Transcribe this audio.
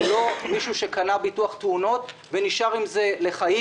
זה לא מישהו שקנה ביטוח תאונות ונשאר עם זה לחיים.